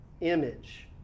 image